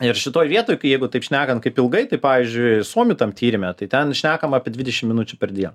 ir šitoj vietoj kai jeigu taip šnekant kaip ilgai tai pavyzdžiui suomių tam tyrime tai ten šnekama apie dvidešim minučių per dieną